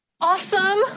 awesome